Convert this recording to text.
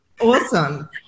Awesome